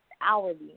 hourly